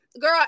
girl